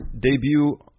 debut